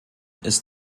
ist